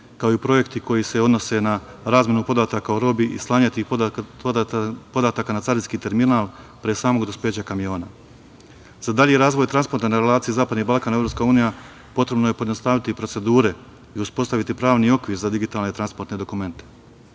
kao i projekti koji se odnose na razmenu podataka o robi i slanja tih podataka na carinske terminal pre samog dospeća kamiona.Za dalji razvoj transporta na relaciji zapadni Balkan, EU, potrebno je pojednostaviti procedure i uspostaviti pravni okvir za digitalne transportne dokumente.